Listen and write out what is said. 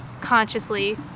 consciously